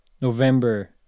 November